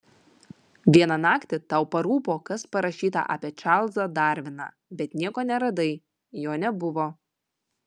vieną naktį tau parūpo kas parašyta apie čarlzą darviną bet nieko neradai jo nebuvo